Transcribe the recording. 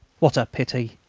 what a pity!